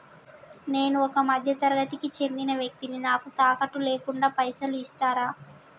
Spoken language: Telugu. నేను ఒక మధ్య తరగతి కి చెందిన వ్యక్తిని నాకు తాకట్టు లేకుండా పైసలు ఇస్తరా?